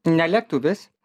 ne lietuvis